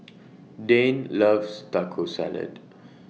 Dane loves Taco Salad